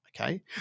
okay